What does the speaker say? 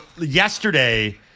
yesterday